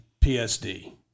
PSD